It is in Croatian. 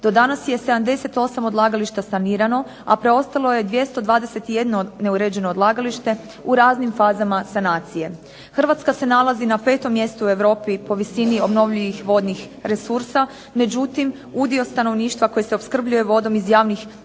Do danas je 78 odlagališta sanirano, a preostalo je 221 neuređeno odlagalište u raznim fazama sanacije. Hrvatska se nalazi na 5. mjestu u Europi na razini obnovljivih vodnih resursa, međutim udio stanovništva koji se opskrbljuje vodom iz javnih vodo